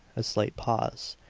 a slight pause.